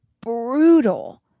brutal